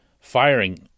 firing